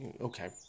okay